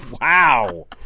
Wow